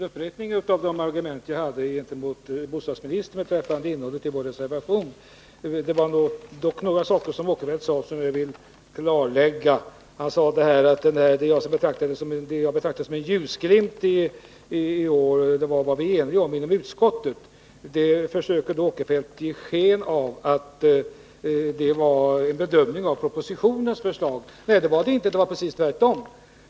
Herr talman! Jag skall inte upprepa mina argument mot bostadsministern beträffande innehållet i vår reservation. Sven Eric Åkerfeldt gjorde emellertid vissa uttalanden som jag vill bemöta. Jag sade att jag kallade det för en ljusglimt i år och om vilket vi var eniga i utskottet. Sven Eric Åkerfeldt försökte ge sken av att detta var en bedömning av propositionen. Det var det inte alls, utan det var precis tvärtom.